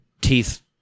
teeth